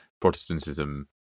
Protestantism